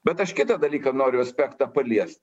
bet aš kitą dalyką noriu aspektą palies